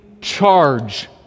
charge